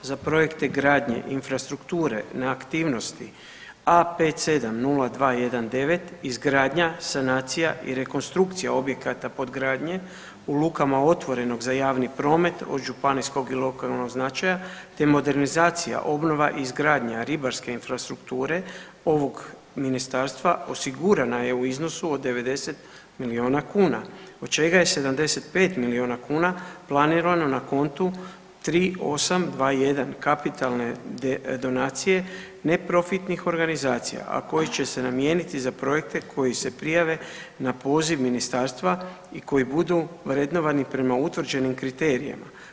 Za projekte gradnje infrastrukture na aktivnosti A570219 izgradnja sanacija i rekonstrukcija objekata podgradnje u lukama otvorenog za javni promet od županijskog i lokalnog značaja, te modernizacija, obnova i izgradnja ribarske infrastrukture ovog ministarstva osigurana je u iznosu od 90 milijuna kuna, od čega je 75 milijuna kuna planirano na kontu 3821 kapitalne donacije neprofitnih organizacija, a koji će se namijeniti za projekte koji se prijave na poziv ministarstva i koji budu vrednovani prema utvrđenim kriterijama.